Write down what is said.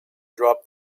dropped